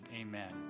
amen